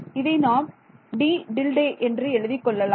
இதை நாம் D˜ என்று எழுதிக் கொள்ளலாம்